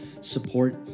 support